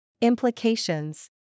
Implications